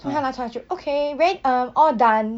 then 他拿出来就 okay rea~ um okay all done